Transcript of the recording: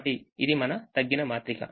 కాబట్టి ఇది మన తగ్గిన మాత్రిక